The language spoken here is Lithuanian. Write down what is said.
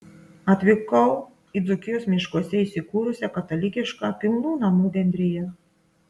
atvykau į dzūkijos miškuose įsikūrusią katalikišką pilnų namų bendriją